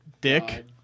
dick